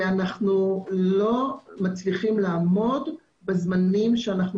ואנחנו לא מצליחים לעמוד בזמנים שאנחנו